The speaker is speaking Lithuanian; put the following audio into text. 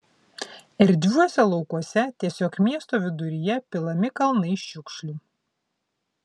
erdviuose laukuose tiesiog miesto viduryje pilami kalnai šiukšlių